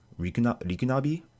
Rikunabi